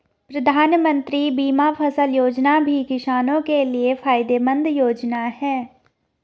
प्रधानमंत्री बीमा फसल योजना भी किसानो के लिये फायदेमंद योजना है